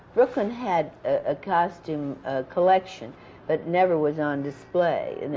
brooklyn had a costume collection but never was on display, and